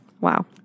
Wow